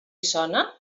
sona